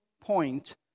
point